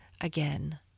again